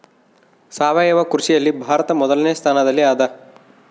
ಸಾವಯವ ಕೃಷಿಯಲ್ಲಿ ಭಾರತ ಮೊದಲನೇ ಸ್ಥಾನದಲ್ಲಿ ಅದ